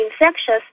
infectious